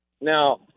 Now